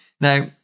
Now